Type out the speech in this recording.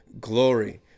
glory